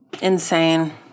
Insane